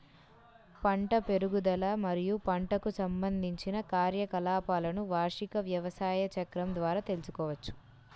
పంట పెరుగుదల మరియు పంటకు సంబంధించిన కార్యకలాపాలను వార్షిక వ్యవసాయ చక్రం ద్వారా తెల్సుకోవచ్చు